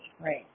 Right